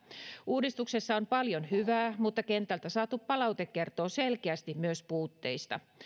uudistuksessa on paljon hyvää mutta kentältä saatu palaute kertoo selkeästi myös puutteista